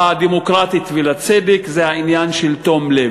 הדמוקרטית ולצדק זה העניין של תום לב.